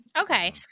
Okay